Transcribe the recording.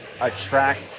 attract